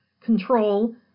control